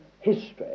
history